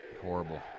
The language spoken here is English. Horrible